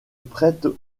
prête